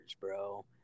bro